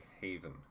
Haven